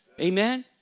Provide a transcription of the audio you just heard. amen